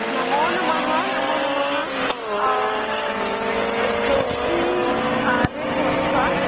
नमो नमः नमो नमः जोष्षी आरे भवति वा